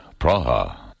Praha